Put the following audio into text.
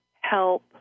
help